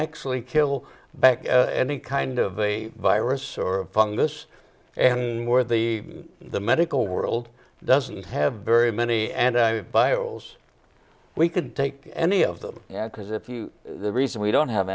actually kill back as any kind of a virus or fungus and more the the medical world doesn't have very many and i buy ols we could take any of them because if you the reason we don't have